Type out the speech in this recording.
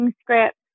script